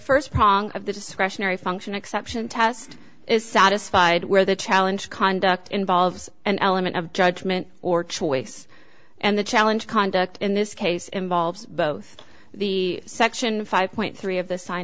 first prong of the discretionary function exception test is satisfied where the challenge conduct involves an element of judgment or choice and the challenge conduct in this case involves both the section five point three of the sign